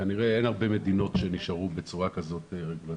כנראה אין הרבה מדינות שנשארו בצורה רגולטורית.